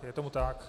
Je tomu tak.